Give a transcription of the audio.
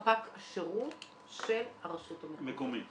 עלם הוא ספק השירות של הרשות המקומית.